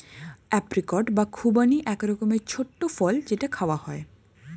apricot বা খুবানি এক রকমের ছোট্ট ফল যেটা খাওয়া হয়